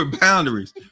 boundaries